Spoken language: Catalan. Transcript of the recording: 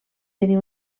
tenir